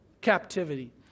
captivity